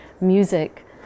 music